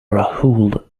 rahul